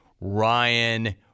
Ryan